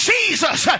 Jesus